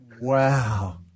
Wow